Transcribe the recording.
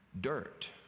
dirt